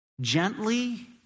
gently